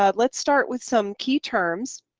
ah let's start with some key terms,